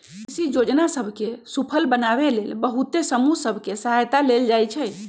कृषि जोजना सभ के सूफल बनाबे लेल बहुते समूह सभ के सहायता लेल जाइ छइ